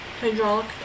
Hydraulic